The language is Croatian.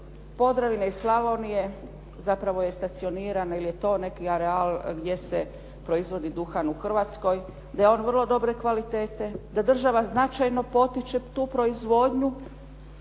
Podravine i Slavonije zapravo je stacionirana ili je to neki real gdje se proizvodi duhan u Hrvatskoj, da je on vrlo dobre kvalitete, da država značajno potiče tu proizvodnju.